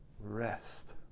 rest